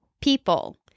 people